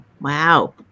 Wow